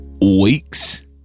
week's